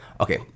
Okay